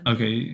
Okay